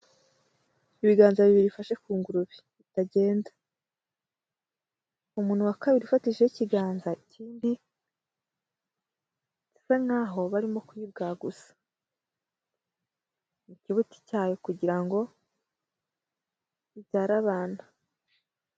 Ibiganza bibiri bifashe ku ngurube, ngo itagenda, umuntu wa kabiri ufatishijeho ikiganza bisa barimo kuyibwaguza, ikibuti cyayo kugira ngo ibyare abantu.